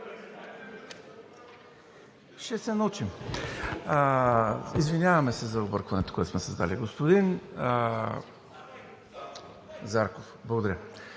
Ще се научим. Извиняваме се за объркването, което сме създали. Господин Зарков, благодаря